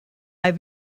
have